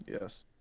Yes